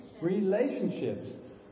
Relationships